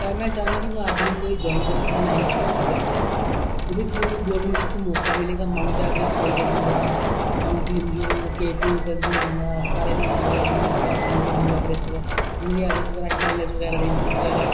ते में चाहना कि में आर्मी जाइन करा ते में नाइन पैरा जाइन करा ओहदे च मिगी गवर्नमेंट तरफा मौका मिलेआ माउटं एवरस्ट स्किल करने दा माउंटकलिव के टू चढ़ने दा सारे माउंटेन चढ़ने दा जिन्ने बी है ना माउंटएवरस्ट बैगरा हिमालय बगैरा रेंजेज बगैरा